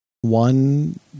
one